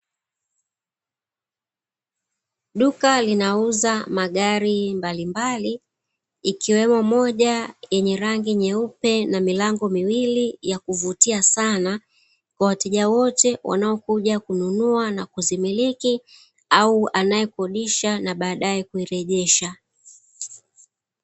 Duka linauza maduka mbalimbali, likiwemo moja lenye rangi nyeupe na milango miwili ya kuvutia sana kwa wateja wote wanaokuja kununua, kuzimiliki au anayekodisha na badaye kuirejesha.